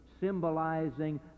symbolizing